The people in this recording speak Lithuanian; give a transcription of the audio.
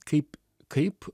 kaip kaip